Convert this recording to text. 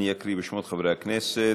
אני אקריא את שמות חברי הכנסת: